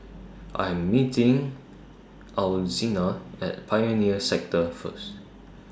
I Am meeting Alzina At Pioneer Sector First